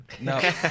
No